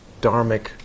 Dharmic